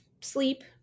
sleep